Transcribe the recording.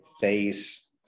face